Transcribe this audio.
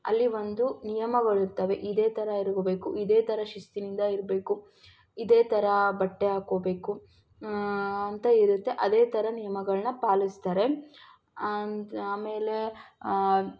ಅಲ್ಲಿ ಒಂದು ನಿಯಮಗಳಿರ್ತವೆ ಇದೇ ಥರ ಇರುಗಬೇಕು ಇದೇ ಥರ ಶಿಸ್ತಿನಿಂದ ಇರಬೇಕು ಇದೇ ಥರ ಬಟ್ಟೆ ಹಾಕ್ಕೋಬೇಕು ಅಂತ ಇರುತ್ತೆ ಅದೇ ಥರ ನಿಯಮಗಳನ್ನ ಪಾಲಿಸ್ತಾರೆ ಆಮೇಲೆ